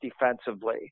defensively